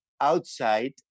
outside